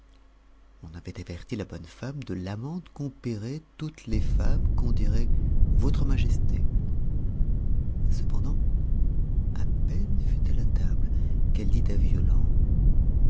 on avait averti la bonne femme de l'amende qu'on payerait toutes les fois qu'on dirait votre majesté cependant à peine fut-elle à table qu'elle dit à violent